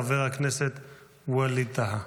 חבר הכנסת ווליד טאהא.